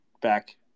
back